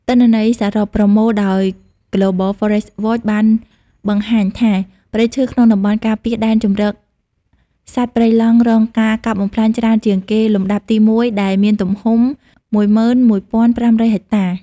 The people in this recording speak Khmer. ទិន្នន័យសរុបប្រមូលដោយ Global Forest Watch បានបង្ហាញថា ព្រៃឈើក្នុងតំបន់ការពារដែនជម្រកសត្វព្រៃឡង់រងការកាប់បំផ្លាញច្រើនជាងគេលំដាប់ទី១ ដែលមានទំហំ១១៥០០ហិកតា។